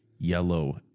yellow